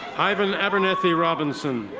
ivan abernathy robinson.